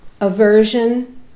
aversion